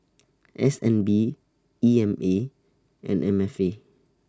S N B E M A and M F A